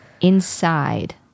inside